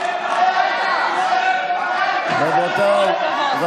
עופר כסיף (הרשימה המשותפת): עופר כסיף (הרשימה המשותפת): לך,